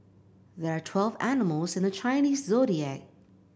there are twelve animals in the Chinese Zodiac